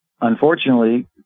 Unfortunately